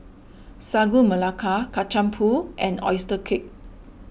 Sagu Melaka Kacang Pool and Oyster Cake